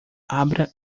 abra